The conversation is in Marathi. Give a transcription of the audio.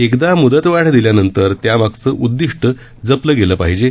एकदा मुदतवाढ दिल्यानंतर त्यामागचं उददिष्टं जपलं गेलं पाहिजे